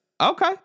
Okay